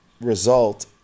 result